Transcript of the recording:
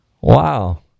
Wow